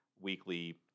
weekly